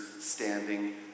standing